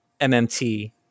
MMT